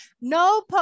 no